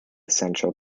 central